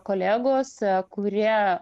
kolegos kurie